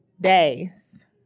days